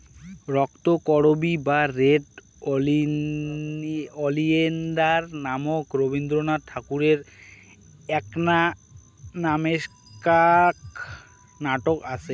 রক্তকরবী বা red oleander নামক রবীন্দ্রনাথ ঠাকুরের এ্যাকনা নামেক্কার নাটক আচে